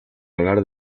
hogar